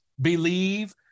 believe